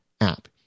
app